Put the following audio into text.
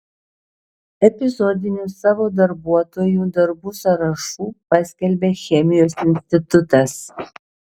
epizodinių savo darbuotojų darbų sąrašų paskelbė chemijos institutas